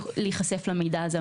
להיחשף למידע הזה.